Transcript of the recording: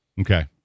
okay